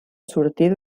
sortir